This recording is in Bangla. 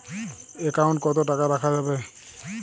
একাউন্ট কত টাকা রাখা যাবে?